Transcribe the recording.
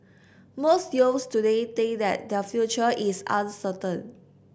most youths today think that their future is uncertain